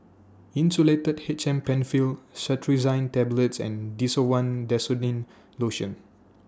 Insulatard H M PenFill Cetirizine Tablets and Desowen Desonide Lotion